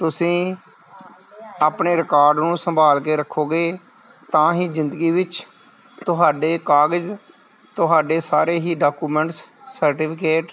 ਤੁਸੀਂ ਆਪਣੇ ਰਿਕਾਰਡ ਨੂੰ ਸੰਭਾਲ ਕੇ ਰੱਖੋਂਗੇ ਤਾਂ ਹੀ ਜ਼ਿੰਦਗੀ ਵਿੱਚ ਤੁਹਾਡੇ ਕਾਗਜ਼ ਤੁਹਾਡੇ ਸਾਰੇ ਹੀ ਡਾਕੂਮੈਂਟਸ ਸਰਟੀਫਿਕੇਟ